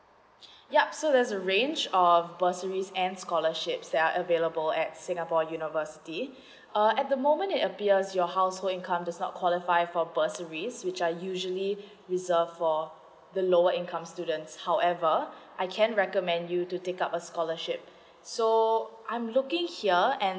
yup so there's a range of bursary and scholarships that are available at singapore university err at the moment it appears your household income does not qualify for bursary which are usually reserved for the lower income students however I can recommend you to take up a scholarship so I'm looking here and